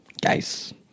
Guys